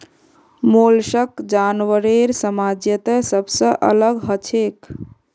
mollusc जानवरेर साम्राज्यत सबसे अलग हछेक